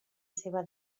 seva